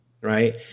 right